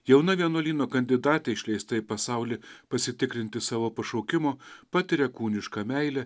jauna vienuolyno kandidatė išleista į pasaulį pasitikrinti savo pašaukimo patiria kūnišką meilę